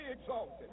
exalted